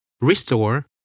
RESTORE